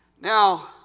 Now